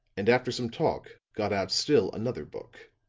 and after some talk got out still another book.